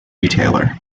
retailer